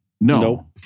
No